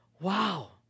Wow